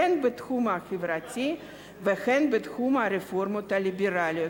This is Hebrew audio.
הן בתחום החברתי והן בתחום הרפורמות הליברליות,